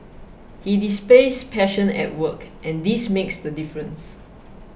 he displays passion at work and this makes the difference